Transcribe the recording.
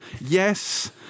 Yes